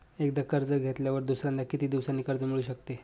एकदा कर्ज घेतल्यावर दुसऱ्यांदा किती दिवसांनी कर्ज मिळू शकते?